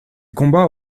combats